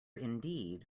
indeed